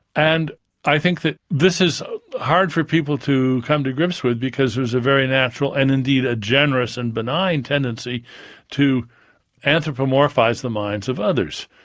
and i think that this is hard for people to come to grips with, because there's a very natural, and indeed a generous and benign, tendency to anthropomorphise the minds of others.